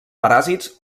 paràsits